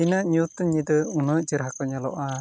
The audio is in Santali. ᱛᱤᱱᱟᱹᱜ ᱧᱩᱛ ᱧᱤᱫᱟᱹ ᱩᱱᱟᱹᱜ ᱪᱮᱨᱦᱟᱠᱚ ᱧᱮᱞᱚᱜᱼᱟ